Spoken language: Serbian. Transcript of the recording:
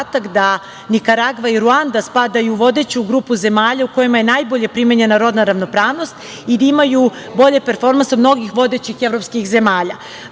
da Nikaragva i Ruanda spadaju u vodeću zemalja u kojima je najbolje primenjena rodna ravnopravnost i da imaju bolje performanse od mnogih vodećih evropskih